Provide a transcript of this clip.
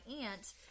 aunt